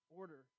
order